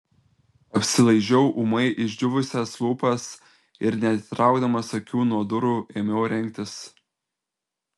apsilaižiau ūmai išdžiūvusias lūpas ir neatitraukdamas akių nuo durų ėmiau rengtis